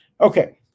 Okay